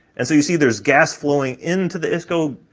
and so you see there's gas flowing into the isco,